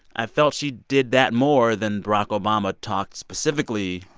i felt she did that more than barack obama talked, specifically,